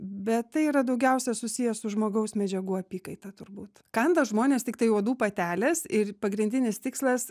bet tai yra daugiausia susiję su žmogaus medžiagų apykaita turbūt kanda žmones tiktai uodų patelės ir pagrindinis tikslas